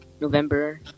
November